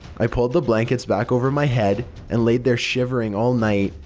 i pulled the blankets back over my head and laid there shivering all night,